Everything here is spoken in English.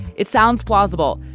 it sounds plausible,